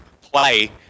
play